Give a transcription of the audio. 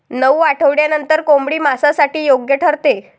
नऊ आठवड्यांनंतर कोंबडी मांसासाठी योग्य ठरते